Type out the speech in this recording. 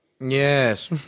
Yes